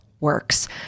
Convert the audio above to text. works